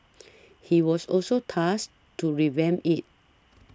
he was also tasked to revamp it